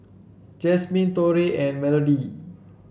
Jasmine Torey and Melodee